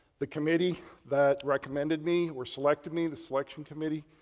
the committee that recommended me or selected me, the selection committee,